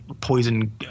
poison